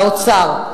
לאוצר.